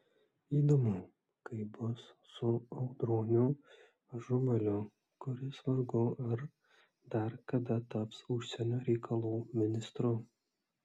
įdomu kaip bus su audroniu ažubaliu kuris vargu ar dar kada taps užsienio reikalų ministru